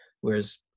whereas